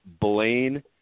Blaine